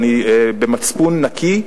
ובמצפון נקי,